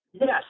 Yes